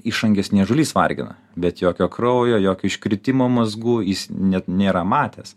išangės niežulys vargina bet jokio kraujo jokių iškritimo mazgų jis net nėra matęs